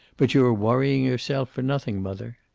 but you're worrying yourself for nothing, mother.